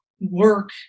work